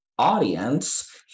audience